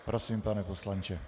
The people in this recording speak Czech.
Prosím, pane poslanče.